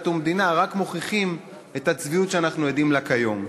ומדינה רק מוכיחים את הצביעות שאנחנו עדים לה כיום.